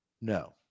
No